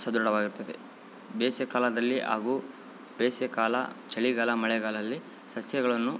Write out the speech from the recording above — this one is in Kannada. ಸದೃಢವಾಗಿರ್ತ್ತದೆ ಬೇಸಿಗೆ ಕಾಲದಲ್ಲಿ ಹಾಗು ಬೇಸಿಗೆ ಕಾಲ ಚಳಿಗಾಲ ಮಳೆಗಾಲಲ್ಲಿ ಸಸ್ಯಗಳನ್ನು